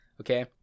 okay